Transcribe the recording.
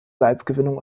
salzgewinnung